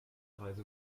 reise